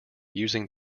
using